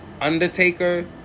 Undertaker